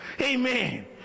Amen